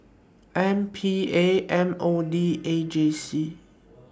M P A M O D A J C